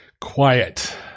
Quiet